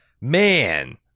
Man